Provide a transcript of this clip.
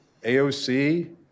AOC